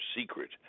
secret